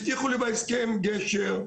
הבטיחו לי בהסכם גשר,